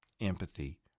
empathy